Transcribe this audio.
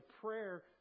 prayer